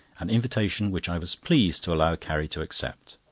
an invitation which i was pleased to allow carrie to accept.